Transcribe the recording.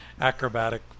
acrobatic